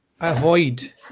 avoid